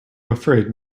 afraid